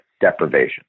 deprivation